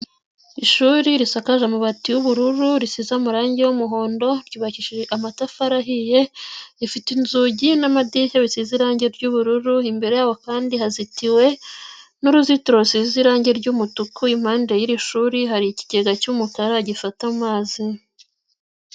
Ishuri risakaje amabati y'ubururu risize amarangi y'umuhondo ryubakishije amatafari ahiye, rifite inzugi n'amadirishya bisize irangi ry'ubururu imbere yaho kandi hazitiwe n'uruzitiro rusize irangi ry'umutuku impande y'iri shuri hari ikigega cy'umukara gifata amazi.